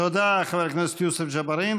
תודה לחבר הכנסת יוסף ג'בארין.